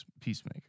peacemaker